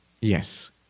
Yes